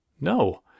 No